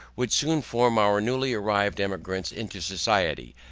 would soon form our newly arrived emigrants into society,